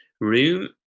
room